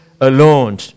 Alone